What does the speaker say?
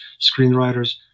screenwriters